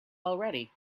already